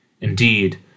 Indeed